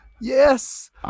yes